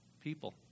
people